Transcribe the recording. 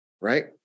right